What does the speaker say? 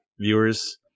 viewers